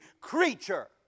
creature